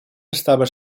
estava